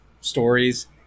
stories